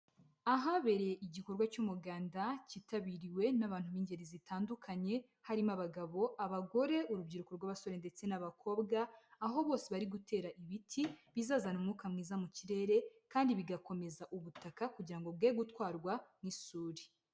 Ahabereye igikorwa cy'umuganda, cyitabiriwe n'abantu b'ingeri zitandukanye, harimo: abagabo, abagore, urubyiruko rw'abasore ndetse n'abakobwa; aho bose bari gutera ibiti bizazana umwuka mwiza mu kirere kandi bigakomeza ubutaka, kugira ngo bwe gutwarwa n'isuri.